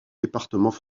départements